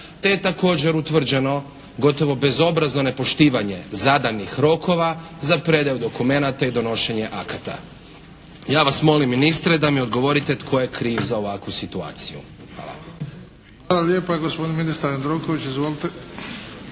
Te je također utvrđeno gotovo bezobrazno nepoštivanje zadanih rokova za predaju dokumenata i donošenje akata. Ja vas molim ministre da mi odgovorite tko je kriv za ovakvu situaciju. Hvala. **Bebić, Luka (HDZ)** Hvala lijepa. Gospodin ministar Jandroković. Izvolite.